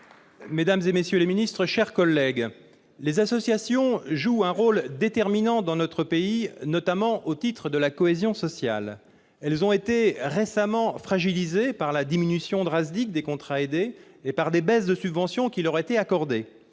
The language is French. mesdames, messieurs les ministres, mes chers collègues, les associations jouent un rôle déterminant dans notre pays, notamment au titre de la cohésion sociale. Elles ont été récemment fragilisées par la diminution drastique des contrats aidés, ainsi que par la baisse des subventions qui leur étaient accordées.